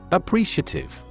appreciative